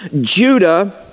Judah